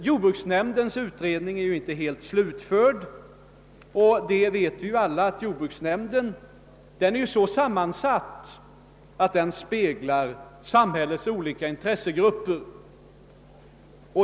Jordbruksnämndens utredning är ju inte helt slutförd, och vi vet alla att denna nämnds sammansättning är sådan att den speglar samhällets olika intressegrupper.